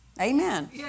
Amen